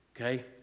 Okay